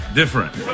different